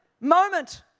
Moment